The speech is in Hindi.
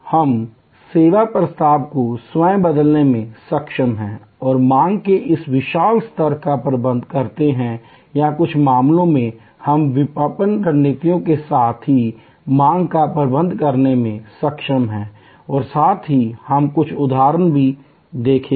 हम सेवा प्रस्ताव को स्वयं बदलने में सक्षम हैं और मांग के इस विशाल स्तर का प्रबंधन करते हैं या कुछ मामलों में हम विपणन रणनीतियों के साथ ही मांग का प्रबंधन करने में सक्षम हैं साथ ही हम कुछ उदाहरण भी देखेंगे